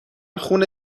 خون